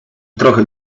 trochę